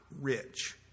rich